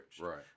right